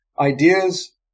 Ideas